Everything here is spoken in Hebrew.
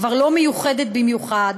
כבר לא מיוחדת במיוחד,